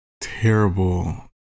terrible